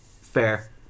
Fair